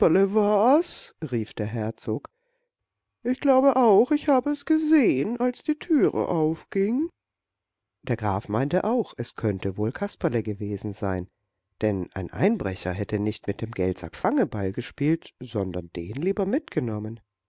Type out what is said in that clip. rief der herzog ich glaube auch ich habe es gesehen als die türe aufging der graf meinte auch es könnte wohl kasperle gewesen sein denn ein einbrecher hätte nicht mit dem geldsack fangeball gespielt sondern den lieber mitgenommen